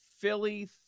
Philly